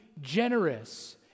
generous